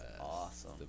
awesome